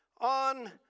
on